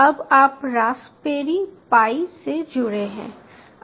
अब आप Raspberry Pi से जुड़े हैं